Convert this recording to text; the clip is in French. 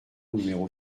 numéro